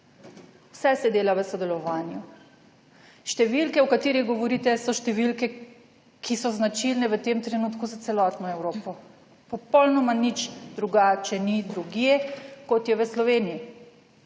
vse se dela v sodelovanju. številke o katerih govorite, so številke, ki so značilne v tem trenutku za celotno Evropo, popolnoma nič drugače ni drugje, kot je v Sloveniji,